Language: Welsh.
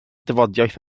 dafodiaith